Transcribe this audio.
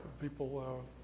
People